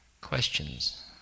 Questions